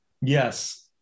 yes